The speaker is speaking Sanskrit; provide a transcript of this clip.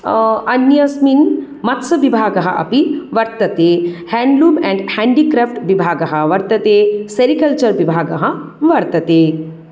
अन्येस्मिन् मत्स्यविभागः अपि वर्तते हेण्ड्लुम् एण्ड् हेण्डिक्राफ़्ट् विभागः वर्तते सेरिकल्चर् विभागः वर्तते